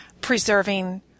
preserving